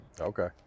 Okay